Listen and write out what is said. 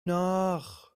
nach